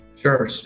Sure